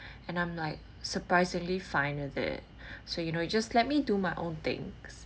and I'm like surprisingly fine with it so you know you just let me do my own things